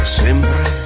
sempre